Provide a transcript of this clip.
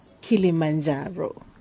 Kilimanjaro